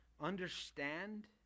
understand